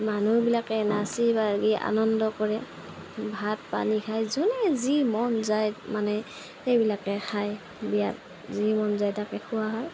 মানুহবিলাকে নাচি বাগি আনন্দ কৰে ভাত পানী খাই যোনে যি মন যায় মানে সেইবিলাকে খাই বিয়াত যি মন যায় তাকে খোৱা হয়